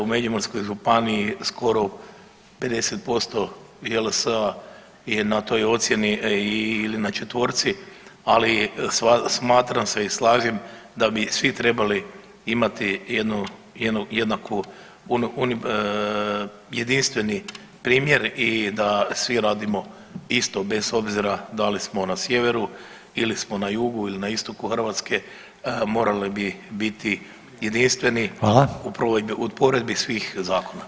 U Međimurskoj županiji skoro 50% JLS-a je na toj ocijeni ili na četvorci, ali smatram se i slažem da bi svi trebali imati jednu, jednu jednaku jedinstveni primjer i da svi radimo isto bez obzira da li smo na sjeveru ili smo na jugu ili na istoku Hrvatske morali bi biti jedinstveni u provedbi, u provedbi svih zakona.